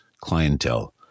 clientele